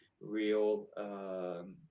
real